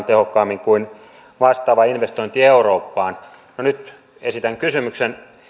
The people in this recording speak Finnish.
tehokkaammin kuin vastaava investointi eurooppaan no nyt esitän kysymyksen